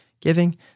giving